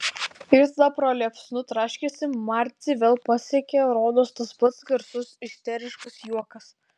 ir tada pro liepsnų traškesį marcį vėl pasiekė rodos tas pats garsus isteriškas juokas